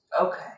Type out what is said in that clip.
Okay